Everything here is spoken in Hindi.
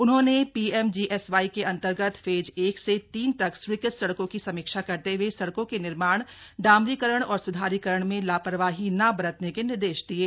उन्होंने पीएमजीएसवाई के अंतर्गत फेज एक से तीन तक स्वीकृत सड़कों की समीक्षा करते हए सड़कों के निर्माण डामरीकरण और सुधारीकरण में लापरवाही न बरतने के निर्देश दिये